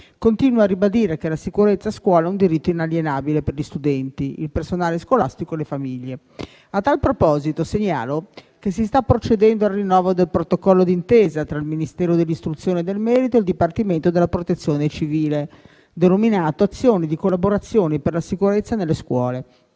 continua a ribadire che la sicurezza a scuola è un diritto inalienabile per gli studenti, il personale scolastico e le famiglie. A tal proposito, segnalo che si sta procedendo al rinnovo del protocollo d'intesa tra il Ministero dell'istruzione e del merito e il dipartimento della Protezione civile, denominato «Azioni di collaborazione per la sicurezza nelle scuole»,